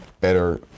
better